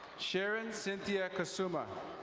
sharon cynthia casuma.